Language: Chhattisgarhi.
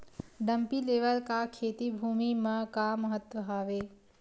डंपी लेवल का खेती भुमि म का महत्व हावे?